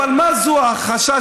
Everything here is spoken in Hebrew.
אבל מה זו ההכחשה,